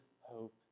hope